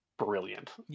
brilliant